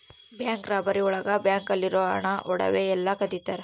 bank robbery ಒಳಗ bank ಅಲ್ಲಿರೋ ಹಣ ಒಡವೆ ಎಲ್ಲ ಕದಿತರ